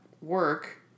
work